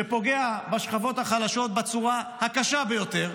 שפוגע בשכבות החלשות בצורה הקשה ביותר,